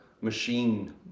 machine